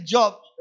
Jobs